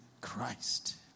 Christ